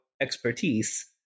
expertise